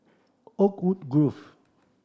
Oakwood Grove